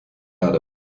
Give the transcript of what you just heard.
erde